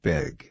Big